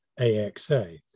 AXA